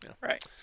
Right